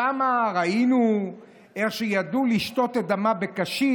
שם, ראינו איך שידעו לשתות את דמה בקשית.